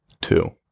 Two